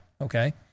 Okay